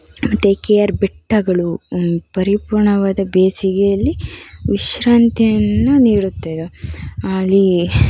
ಮತ್ತು K R ಬೆಟ್ಟಗಳು ಪರಿಪೂರ್ಣವಾದ ಬೇಸಿಗೆಯಲ್ಲಿ ವಿಶ್ರಾಂತಿಯನ್ನು ನೀಡುತ್ತಿದು ಈ